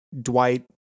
Dwight